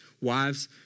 Wives